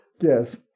Yes